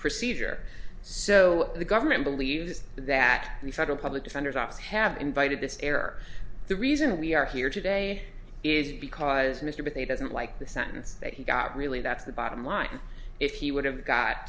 procedure so the government believes that the federal public defender's office have invited this terror the reason we are here today is because mr but they doesn't like the sentence that he got really that's the bottom line if he would have got